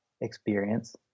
experience